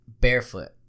Barefoot